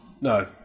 No